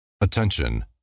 Attention